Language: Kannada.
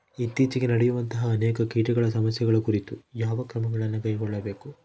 ಇತ್ತೇಚಿಗೆ ನಡೆಯುವಂತಹ ಅನೇಕ ಕೇಟಗಳ ಸಮಸ್ಯೆಗಳ ಕುರಿತು ಯಾವ ಕ್ರಮಗಳನ್ನು ಕೈಗೊಳ್ಳಬೇಕು?